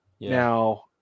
now